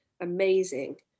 amazing